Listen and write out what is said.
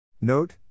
Note